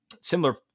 Similar